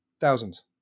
thousands